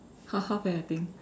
half half eh I think